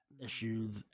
issues